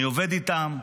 אני עובד איתם,